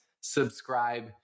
subscribe